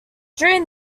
during